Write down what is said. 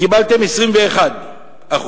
קיבלתם 21%;